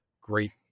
great